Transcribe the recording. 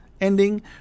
ending